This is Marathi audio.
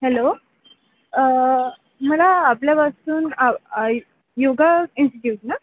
हॅलो मला आपल्यापासून आ आ योगा इन्स्टिट्यूट ना